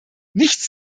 nichts